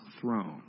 throne